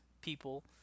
people